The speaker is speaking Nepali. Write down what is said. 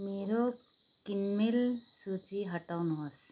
मेरो किनमेल सूची हटाउनुहोस्